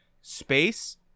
Space